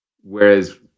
Whereas